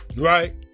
right